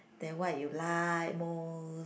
then what you like most